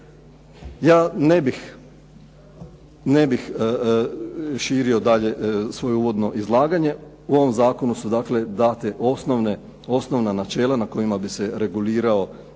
Ja ne bih širio dalje svoje uvodno izlaganje. U ovom zakonu su dakle dana osnovna načela na kojima bi se reguliralo